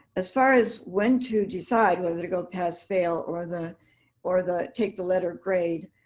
as far as when to decide whether to go pass fail or the or the take the letter grade,